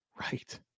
right